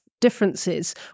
differences